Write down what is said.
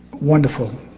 wonderful